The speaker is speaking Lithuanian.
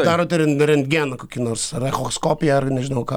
darote ren rentgeną kokį nors ar echoskopiją ar nežinau ką